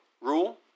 rule